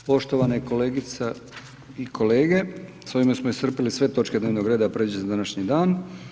Poštovana kolegica i kolege, s ovime smo iscrpili sve točke dnevnog reda predviđene za današnji dan.